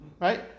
right